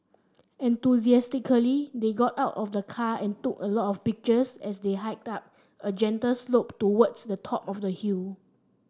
enthusiastically they got out of the car and took a lot of pictures as they hiked up a gentle slope towards the top of the hill